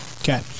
Okay